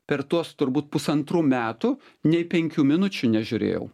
per tuos turbūt pusantrų metų nei penkių minučių nežiūrėjau